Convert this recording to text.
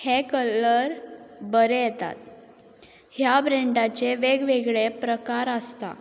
हे कलर बरे येतात ह्या ब्रँडाचे वेग वेगळे प्रकार आसता